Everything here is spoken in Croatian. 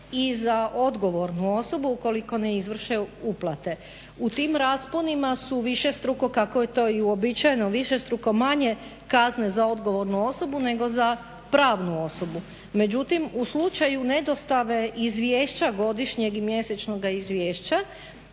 i za odgovornu osobu ukoliko ne izvrše uplate. U tim rasponima su višestruko, kako je to i uobičajeno, višestruko manje kazne za odgovornu osobu nego za pravnu osobu. Međutim, u slučaju nedostave izvješća godišnjeg i mjesečnog izvješća